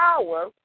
power